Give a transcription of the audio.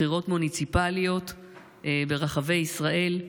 בחירות מוניציפליות ברחבי ישראל.